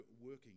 working